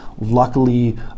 luckily